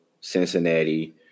Cincinnati